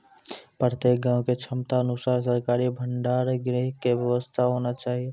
प्रत्येक गाँव के क्षमता अनुसार सरकारी भंडार गृह के व्यवस्था होना चाहिए?